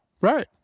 Right